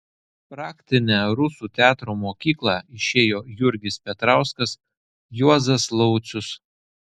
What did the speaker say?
praktinę rusų teatro mokyklą išėjo jurgis petrauskas juozas laucius